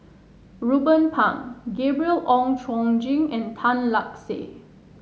Ruben Pang Gabriel Oon Chong Jin and Tan Lark Sye